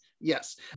Yes